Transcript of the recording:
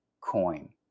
coin